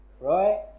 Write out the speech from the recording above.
Right